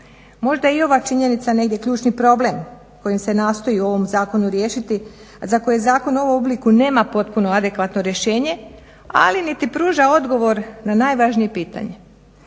Možda je i ova činjenica negdje ključni problem kojim se nastoji u ovom zakonu riješiti za koji zakon u ovom obliku nema potpuno adekvatno rješenje, ali niti pruža odgovor na najvažnije pitanje.